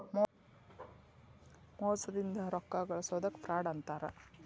ಮೋಸದಿಂದ ರೊಕ್ಕಾ ಗಳ್ಸೊದಕ್ಕ ಫ್ರಾಡ್ ಅಂತಾರ